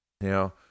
Now